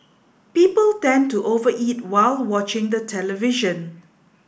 people tend to over eat while watching the television